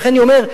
ולכן אני אומר,